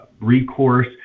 recourse